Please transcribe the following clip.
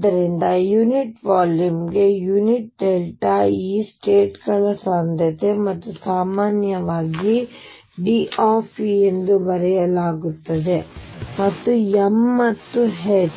ಆದ್ದರಿಂದ unit volume ಗೆ unit E ಗೆ ಸ್ಟೇಟ್ ಗಳ ಸಾಂದ್ರತೆ ಇದನ್ನು ಸಾಮಾನ್ಯವಾಗಿ Dϵ ಎಂದು ಬರೆಯಲಾಗುತ್ತದೆ ಮತ್ತು m ಮತ್ತು h